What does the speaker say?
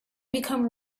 become